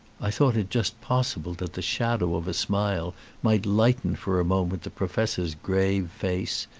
i thought it just possible that the shadow of a smile might lighten for a moment the professor's grave face,